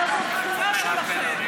אלא זאת תכונה שלכם,